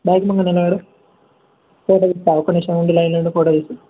bike ముందు నిలబడు photo తీస్తా ఒక్క నిమిషం ఉండు లైన్లో ఉండు ఫోటో తీస్తా